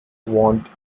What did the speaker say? want